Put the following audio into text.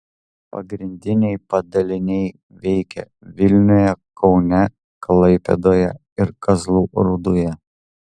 pagrindiniai padaliniai veikia vilniuje kaune klaipėdoje ir kazlų rūdoje